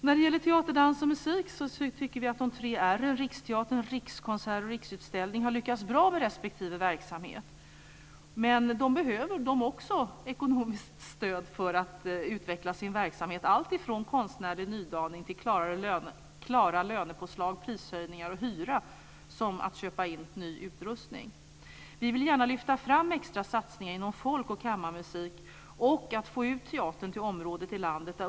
När det gäller teater, dans och musik tycker vi att de tre R:n, Riksteatern, Rikskonserter och Riksutställningar, har lyckats bra med respektive verksamhet, men också de behöver ekonomiskt stöd för att utveckla sin verksamhet. Det gäller alltifrån konstnärlig nydaning till klara lönepåslag. Det handlar om prishöjningar och hyra och om att köpa in ny utrustning. Vi vill gärna lyfta fram extra satsningar inom folk och kammarmusik och att man får ut teatern till områden i landet.